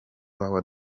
wawe